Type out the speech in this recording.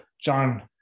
john